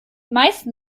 meisten